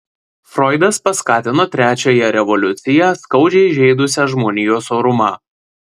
froidas paskatino trečiąją revoliuciją skaudžiai žeidusią žmonijos orumą